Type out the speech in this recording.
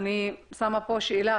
אני שמה פה שאלה,